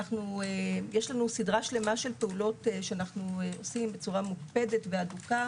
יש לנו סדרה שלמה של פעולות שאנו עושים בצורה מוקפדת והדוקה